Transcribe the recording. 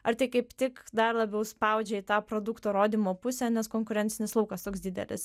ar tai kaip tik dar labiau spaudžia į tą produkto rodymo pusę nes konkurencinis laukas toks didelis